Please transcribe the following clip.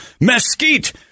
mesquite